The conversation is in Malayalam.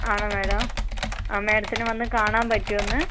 ആണോ മാഡം ആ മാഡത്തിനെ വന്നു കാണാൻ പറ്റുമോ ഇന്ന്